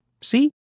See